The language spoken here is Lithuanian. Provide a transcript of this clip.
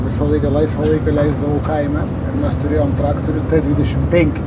visą laiką laisvą laiką leisdavau kaime mes turėjom traktorių dvidešimt penki